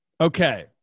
Okay